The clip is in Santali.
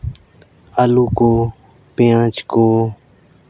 ᱟᱹᱞᱩ ᱠᱚ ᱯᱮᱸᱭᱟᱡᱽ ᱠᱚ